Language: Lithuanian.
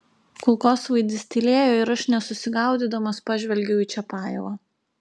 kulkosvaidis tylėjo ir aš nesusigaudydamas pažvelgiau į čiapajevą